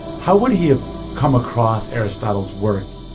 how would he have come across aristotle's work?